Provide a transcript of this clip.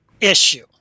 issue